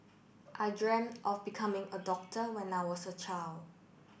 I dreamt of becoming a doctor when I was a child